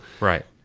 right